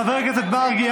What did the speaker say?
חבר הכנסת מרגי,